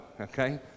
okay